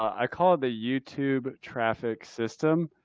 i call it the youtube traffic system,